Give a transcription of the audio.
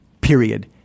period